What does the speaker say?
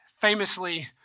famously